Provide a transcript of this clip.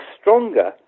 stronger